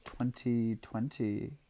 2020